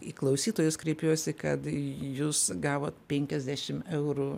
į klausytojus kreipiuosi kad jūs gavot penkiasdešim eurų